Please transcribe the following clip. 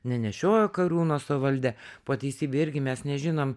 nenešiojo karūnos o valdė po teisybei irgi mes nežinom